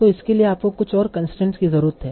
तो इसके लिए आपको कुछ और कंसट्रेंट की ज़रूरत है